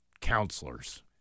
counselors